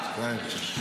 אתה היית בקריאה שלישית.